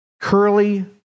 curly